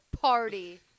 party